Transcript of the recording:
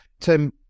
Tim